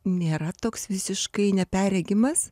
nėra toks visiškai neperregimas